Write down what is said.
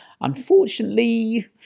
Unfortunately